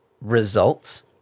results